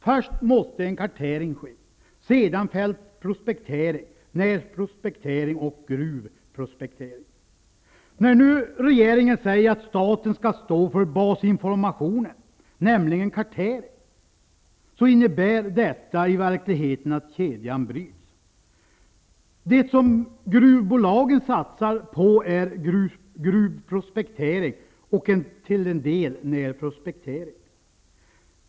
Först måste en kartering ske, sedan fältprospektering, närprospektering och gruvprospektering. När regeringen nu säger att staten skall stå för basinformationen, nämligen karteringen, innebär detta i verkligheten att kedjan bryts. Det som gruvbolagen satsar på är gruvprospektering och till en del närprospektering.